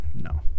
No